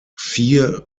vier